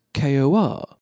KOR